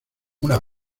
una